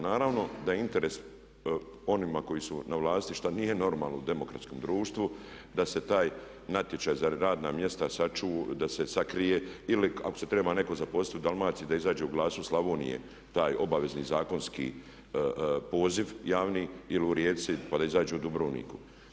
Naravno da je interes onima koji su na vlasti šta nije normalno u demokratskom društvu da se taj natječaj za radna mjesta sačuva, da se sakrije ili ako se treba netko zaposliti u Dalmaciji da izađe u Glasu Slavonije taj obavezni zakonski poziv javni ili u Rijeci, pa da izađe u Dubrovniku.